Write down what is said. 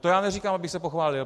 A to já neříkám, abych se pochválil.